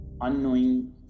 unknowing